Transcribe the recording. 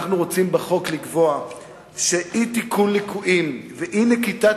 אנחנו רוצים לקבוע בחוק שאי-תיקון ליקויים ואי-נקיטת